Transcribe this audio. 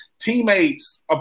teammates